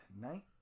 night